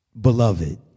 Beloved